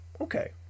Okay